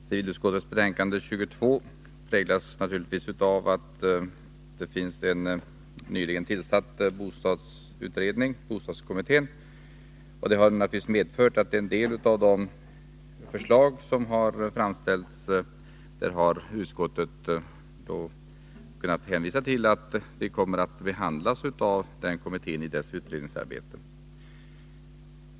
Herr talman! Civilutskottets betänkande 22 präglas naturligtvis av att det finns en nyligen tillsatt bostadsutredning, bostadskommittén. Det har medfört att beträffande en del av de förslag som har framställts har utskottet kunnat hänvisa till att de kommer att behandlas av kommittén i dess utredningsarbete.